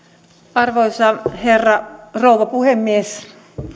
arvoisa rouva puhemies